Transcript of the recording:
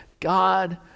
God